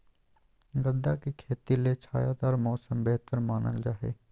गदा के खेती ले छायादार मौसम बेहतर मानल जा हय